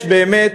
יש באמת,